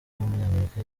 w’umunyamerika